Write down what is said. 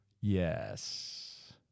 Yes